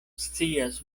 scias